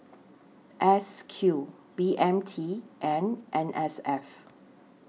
S Q B M T and N S F